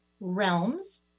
realms